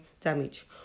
damage